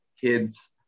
kids